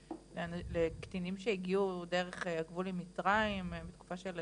לקטינים שהגיעו דרך הגבול עם מצריים בתקופה של